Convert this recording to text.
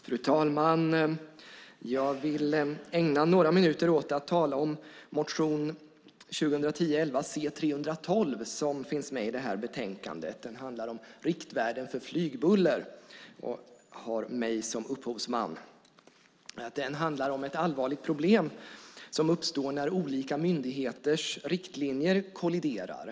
Fru talman! Jag vill ägna några minuter åt att tala om motion 2010/11:C312 som finns med i betänkandet. Den handlar om riktvärden för flygbuller och har mig som upphovsman. Motionen handlar om ett allvarligt problem som uppstår när olika myndigheters riktlinjer kolliderar.